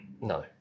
No